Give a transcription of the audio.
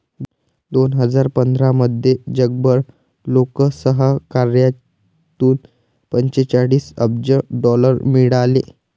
दोन हजार पंधरामध्ये जगभर लोकसहकार्यातून पंचेचाळीस अब्ज डॉलर मिळाले